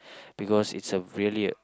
because its a really a